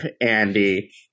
Andy